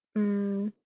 mm